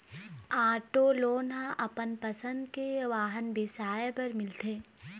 auto loan ह अपन पसंद के वाहन बिसाए बर मिलथे